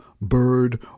bird